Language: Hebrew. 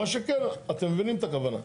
מה שכן, אתם מבינים את הכוונה.